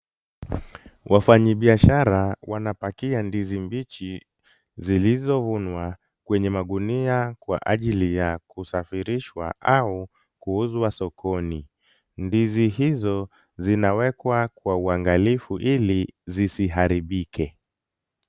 Wafanyibiashara wanapakia ndizi mbichi zilizovunwa kwenye magunia kwa ajili ya kusafirishwa au kuuzwa sokoni. Ndizi hizo zinawekwa kwa uangalifu ili zisiharibika.